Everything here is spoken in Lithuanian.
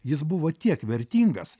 jis buvo tiek vertingas